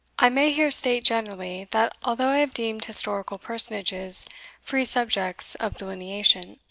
i may here state generally, that although i have deemed historical personages free subjects of delineation,